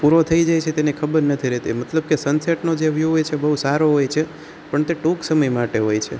પૂરો થઈ જાય છે તેની ખબર નથી રહેતી મતલબ કે સનસેટનો જે વ્યૂ હોય છે એ બહુ સારો હોય છે પણ તે ટૂંક સમય માટે હોય છે